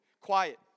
quiet